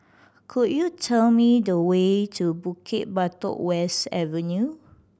could you tell me the way to Bukit Batok West Avenue